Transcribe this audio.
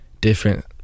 different